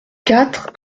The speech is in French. quatre